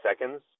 seconds